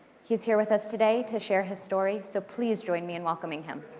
he's here with us today to share his story, so please join me in welcoming him.